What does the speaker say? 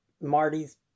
Marty's